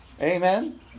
Amen